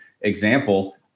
example